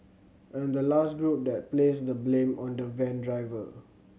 and the last group that placed the blame on the van driver